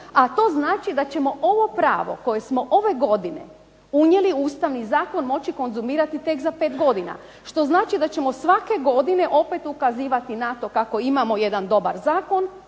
a to znači da ćemo ovo pravo koje smo ove godine unijeli u Ustavni zakon moći konzumirati tek za 5 godina. Što znači da ćemo svake godine opet ukazivati na to kako imamo jedan dobar zakon